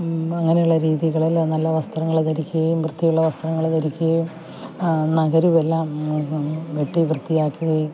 അങ്ങനയുള്ള രീതികളിൽ നല്ല വസ്ത്രങ്ങൾ ധരിക്കുകയും വൃത്തിയുള്ള വസ്ത്രങ്ങൾ ധരിക്കുകയും നഖവുവെല്ലാം വെട്ടി വൃത്തിയാക്കി